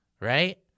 right